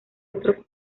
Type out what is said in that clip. otros